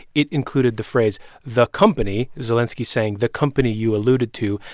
it included the phrase the company zelenskiy saying, the company you alluded to.